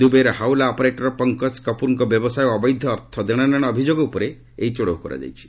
ଦୁବାଇର ହାଓ୍ୱଲା ଅପରେଟର୍ ପଙ୍କଜ କାପୁର୍ଙ୍କ ବ୍ୟବସାୟ ଓ ଅବୈଧ ଅର୍ଥ ଦେଶନେଶ ଅଭିଯୋଗ ଉପରେ ଏହି ଚଢ଼ଉ କରାଯାଇଛି